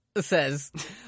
says